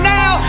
now